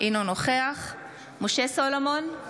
אינו נוכח משה סולומון,